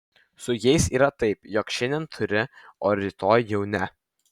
su jais yra taip jog šiandien turi o rytoj jau ne